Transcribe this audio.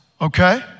okay